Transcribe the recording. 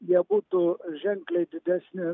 jie būtų ženkliai didesni